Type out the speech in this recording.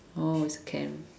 oh it's camp